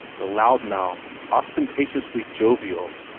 the loud-mouthed, ostentatiously jovial,